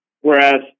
whereas